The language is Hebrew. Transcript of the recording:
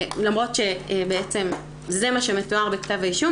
למרות שבעצם זה מה שמתואר בכתב האישום,